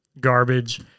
garbage